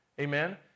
Amen